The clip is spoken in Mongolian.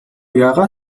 яагаа